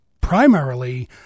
Primarily